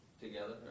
together